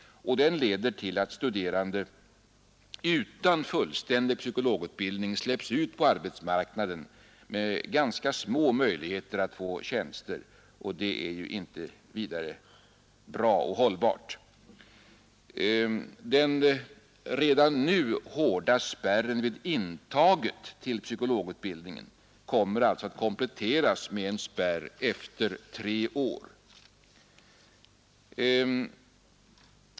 Den leder till att studerande utan fullständig psykologutbildning släpps ut på arbetsmarknaden med ganska små möjligheter att få tjänster, vilket inte är vidare hållbart. Den redan nu hårda spärren vid antagningen till psykologutbildningen kommer alltså att kompletteras med en spärr efter tre år.